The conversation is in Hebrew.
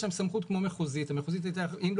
יש להם סמכות כמו לוועדה מחוזית.